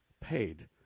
paid